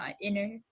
inner